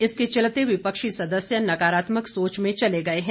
इसके चलते विपक्षी सदस्य नकारात्मक सोच में चले गए हैं